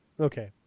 Okay